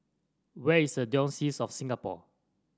where is the Diocese of Singapore